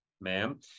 ma'am